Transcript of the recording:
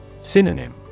Synonym